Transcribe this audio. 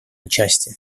участие